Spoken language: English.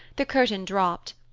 the curtain dropped,